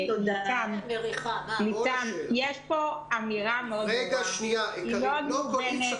יש פה אמירה לא מובנת